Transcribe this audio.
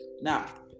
now